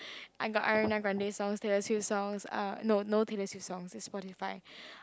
I got Ariana-Grande songs Taylor-Swift songs ah no no Taylor-Swift songs is Spotify